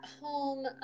home